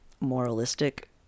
moralistic